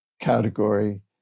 category